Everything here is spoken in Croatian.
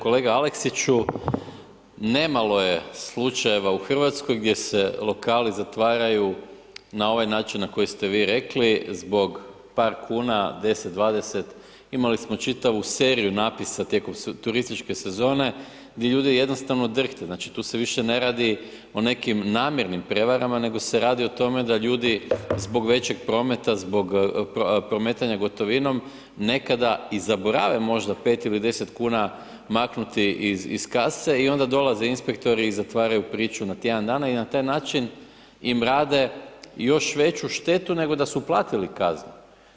Kolega Aleksiću, nemalo je slučajeva u Hrvatskoj gdje se lokali zatvaraju na ovaj način na koji ste vi rekli zbog par kuna, 10, 20, imali smo čitavu seriju napisa tijekom turističke sezone di ljudi jednostavno drhte, znači tu se više ne radi o nekim namjernim prevarama nego se radi o tome da ljudi zbog većeg prometa, zbog prometanja gotovinom nekada i zaborave možda 5 ili 10 kuna maknuti iz kase i onda dolazi inspektori i zatvaraju priču na tjedan dana i na taj način im rade još veću štetu nego da su platili kaznu.